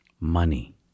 money